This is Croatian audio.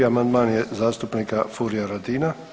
2. amandman je zastupnika Furija Radina.